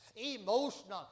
emotional